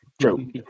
True